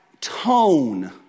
tone